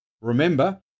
Remember